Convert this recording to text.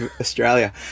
Australia